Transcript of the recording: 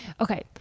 okay